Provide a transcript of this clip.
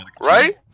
right